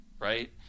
Right